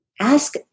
ask